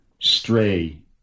stray